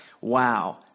wow